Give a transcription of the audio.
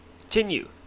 continue